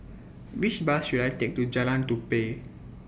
Which Bus should I Take to Jalan Tupai